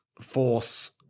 force